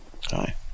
Hi